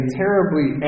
terribly